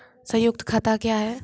संयुक्त खाता क्या हैं?